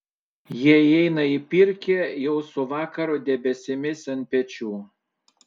jie įeina į pirkią jau su vakaro debesimis ant pečių